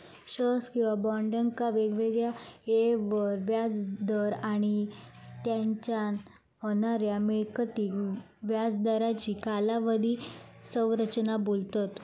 shares किंवा बॉन्डका वेगवेगळ्या येळेवर व्याज दर आणि तेच्यान होणाऱ्या मिळकतीक व्याज दरांची कालावधी संरचना बोलतत